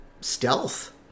stealth